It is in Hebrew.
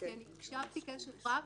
כי אני הקשבתי קשב רב.